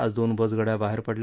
आज दोन बसगाड्या बाहेर पडल्या